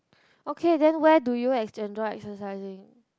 okay then where do you exercising